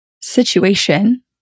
situation